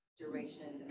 duration